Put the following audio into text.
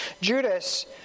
Judas